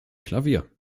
klavier